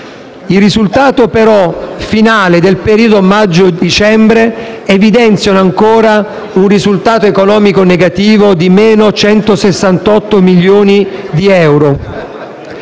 i risultati finali del periodo maggio-dicembre evidenziano ancora un risultato economico negativo di -168 milioni di euro.